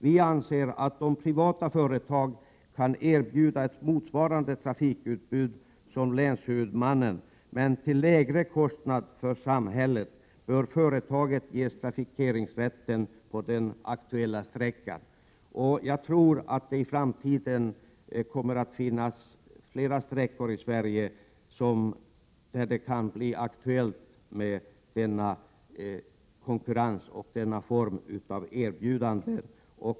Vi anser att om ett privat företag kan erbjuda motsvarande trafikutbud som länshuvudmannen men till lägre kostnad för samhället, bör detta företag ges trafikeringsrätten på den aktuella sträckan. Jag tror att det i framtiden kommer att finnas flera sträckor i Sverige där det kan bli aktuellt med sådan konkurrens och denna form av erbjudande.